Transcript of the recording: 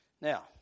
Now